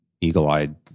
eagle-eyed